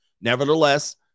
Nevertheless